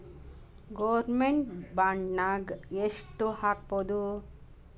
Government ಬಾಂಡ್ನಾಗ್ ಯೆಷ್ಟ್ ಹಾಕ್ಬೊದು?